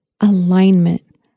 alignment